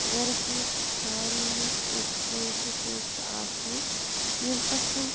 گَرَس منٛز سارنٕے نَتہٕ أکہِ کٲنٛسہِ نہ کٲنٛسہِ چھِ آسنٕے ییٚمہِ پٮ۪ٹھ تِم